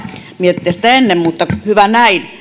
miettiä sitä ennen mutta hyvä näin